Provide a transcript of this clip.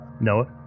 Noah